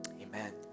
Amen